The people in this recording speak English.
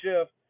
shift